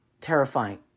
terrifying